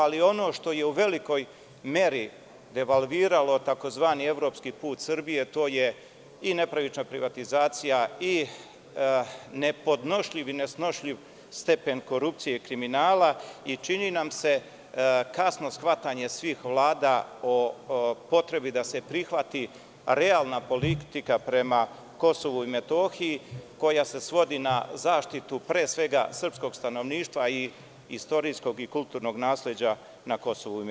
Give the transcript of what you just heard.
Ali, ono što je u velikoj meri devalviralo tzv. evropski put Srbije, to je i nepravična privatizacija i nepodnošljivi, nesnošljivi stepen korupcije i kriminala i čini nam se, kasno shvatanje svih vlada o potrebi da se prihvati realna politika prema KiM, koja se svodi na zaštitu pre svega srpskog stanovništva i istorijskog i kulturnog nasleđa na KiM.